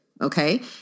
Okay